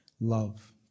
love